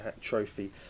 trophy